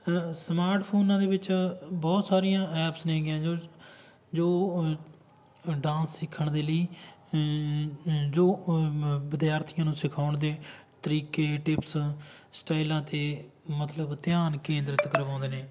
smart ਫੋਨਾਂ ਦੇ ਵਿੱਚ ਬਹੁਤ ਸਾਰੀਆਂ ਐਪਸ ਨੇਗੀਆਂ ਜੋ ਜੋ ਡਾਂਸ ਸਿੱਖਣ ਦੇ ਲਈ ਜੋ ਵਿਦਿਆਰਥੀਆਂ ਨੂੰ ਸਿਖਾਉਣ ਦੇ ਤਰੀਕੇ ਟਿਪਸ ਸਟਾਈਲਾਂ 'ਤੇ ਮਤਲਬ ਧਿਆਨ ਕੇਂਦਰਿਤ ਕਰਵਾਉਂਦੇ ਨੇ